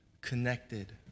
connected